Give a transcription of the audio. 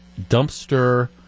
dumpster